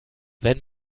wenn